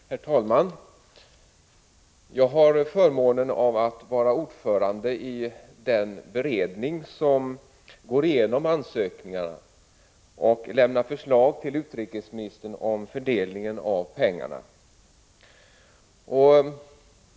Herr talman! Jag har förmånen att vara ordförande i den beredning som går igenom ansökningarna och lämnar förslag till utrikesministern om fördelningen av pengarna.